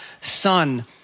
Son